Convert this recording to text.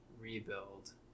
rebuild